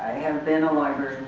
have been a librarian